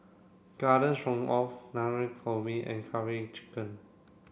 Garden Stroganoff Navratan Korma and Karaage Chicken